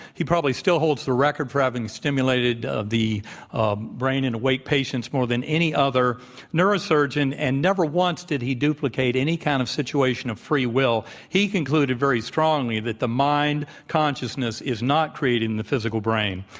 he probably still holds the record for having stimulated the ah brain in awake patients more than any other neurosurgeon. and never once did he duplicate any kind of situation of free will. he concluded very strongly that the mind consciousness is not created in the physical brain.